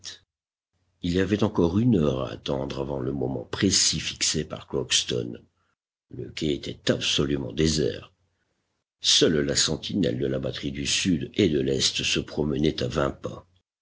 il y avait encore une heure à attendre avant le moment précis fixé par crockston le quai était absolument désert seule la sentinelle de la batterie du sud et de l'est se promenait à vingt pas